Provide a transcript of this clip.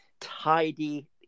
tidy